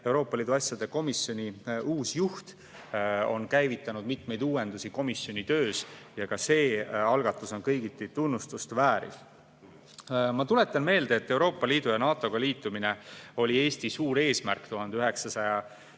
Euroopa Liidu asjade komisjoni uus juht käivitanud mitmeid uuendusi komisjoni töös ja ka see algatus on kõigiti tunnustust vääriv. Ma tuletan meelde, et Euroopa Liidu ja NATO-ga liitumine oli Eesti suur eesmärk 1990.